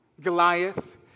Goliath